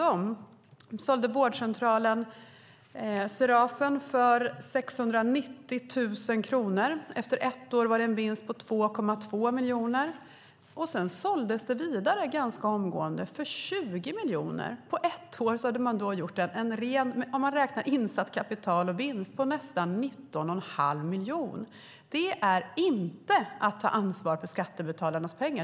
De sålde vårdcentralen Serafen för 690 000 kronor. Efter ett år var vinsten 2,2 miljoner, och sedan såldes den vidare ganska omgående för 20 miljoner. På ett år hade man, om man räknar insatt kapital och vinst, gjort en vinst på nästan 19 1⁄2 miljon. Det är inte att ta ansvar för skattebetalarnas pengar.